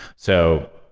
so,